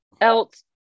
else